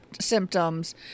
symptoms